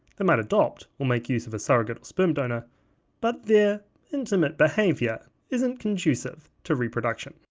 they might adopt or make use of a surrogate or sperm donor but their intimate behavior isn't conducive to reproduction.